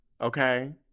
okay